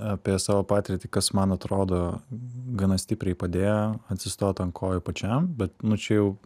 apie savo patirtį kas man atrodo gana stipriai padėjo atsistot ant kojų pačiam bet nu čia jau